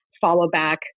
follow-back